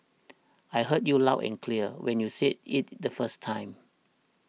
I heard you loud and clear when you said it the first time